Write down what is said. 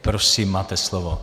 Prosím, máte slovo.